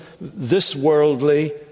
this-worldly